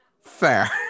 Fair